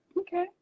Okay